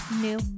new